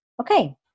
okay